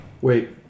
Wait